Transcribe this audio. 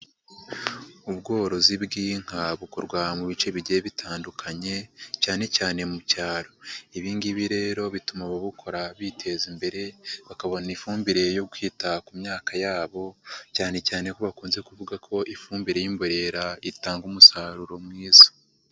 Ubworozi bw'inka bukorwa mu bice bigiye bitandukanye, cyane cyane mu cyaro. Ibi ngibi rero bituma ababukora biteza imbere, bakabona ifumbire yo kwita ku myaka yabo, cyane cyane ko bakunze kuvuga ko ifumbire y'imborera itanga umusaruro mwiza.